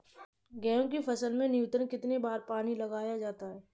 गेहूँ की फसल में न्यूनतम कितने बार पानी लगाया जाता है?